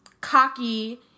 cocky